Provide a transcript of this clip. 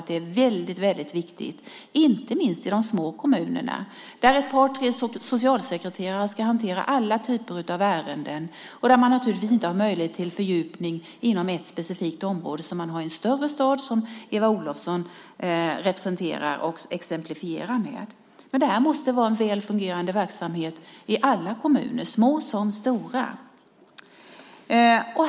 Det är väldigt viktigt, inte minst i de små kommunerna där ett par tre socialsekreterare ska hantera alla typer av ärenden, och där man naturligtvis inte har samma möjlighet till fördjupning inom ett specifikt område som man har i en större stad, som Eva Olofsson representerar och exemplifierar med. Men detta måste vara en väl fungerande verksamhet i alla kommuner, små som stora.